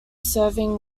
serving